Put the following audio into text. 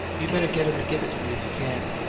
you better get him to give it to me if you can.